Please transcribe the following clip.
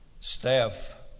staff